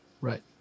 right